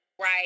right